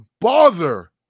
bother